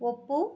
ಒಪ್ಪು